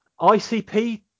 ICP